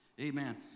Amen